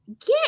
Get